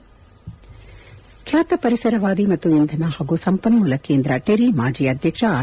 ಬ್ಲಾತ ಪರಿಸರವಾದಿ ಮತ್ತು ಇಂಧನ ಹಾಗೂ ಸಂಪನ್ನೂಲ ಕೇಂದ್ರ ಟೆರಿ ಮಾಜಿ ಅದ್ಲಕ್ಷ ಆರ್